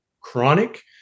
chronic